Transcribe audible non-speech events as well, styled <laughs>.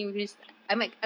<laughs>